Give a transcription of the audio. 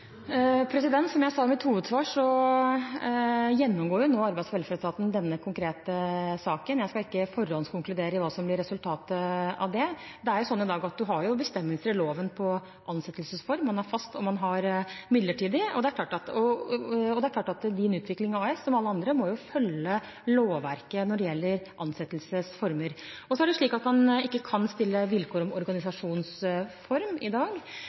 Som jeg sa i mitt hovedsvar, gjennomgår nå Arbeids- og velferdsetaten denne konkrete saken. Jeg skal ikke forhåndskonkludere hva som blir resultatet av det. Det er i dag slik at vi har bestemmelser i loven om ansettelsesform – man har fast, og man har midlertidig – og det er klart at Din Utvikling AS, som alle andre, må følge lovverket når det gjelder ansettelsesformer. Man kan ikke stille vilkår om organisasjonsform i dag, men jeg forutsetter for øvrig at